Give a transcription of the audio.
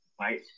right